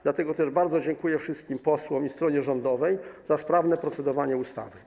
Dlatego też bardzo dziękuję wszystkim posłom i stronie rządowej za sprawne procedowanie nad ustawą.